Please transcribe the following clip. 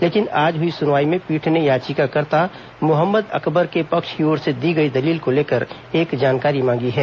लेकिन आज हुई सुनवाई में पीठ ने याचिकाकर्ता मोहम्मद अकबर के पक्ष की ओर से दी गई दलील को लेकर एक जानकार्री मांगी है